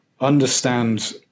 understand